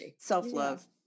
Self-love